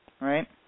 right